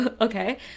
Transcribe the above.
Okay